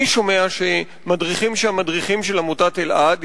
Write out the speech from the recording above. אני שומע שמדריכים שם מדריכים של עמותת אלע"ד,